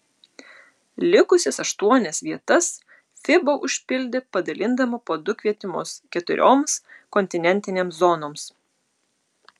likusias aštuonias vietas fiba užpildė padalindama po du kvietimus keturioms kontinentinėms zonoms